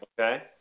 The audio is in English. Okay